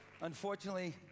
unfortunately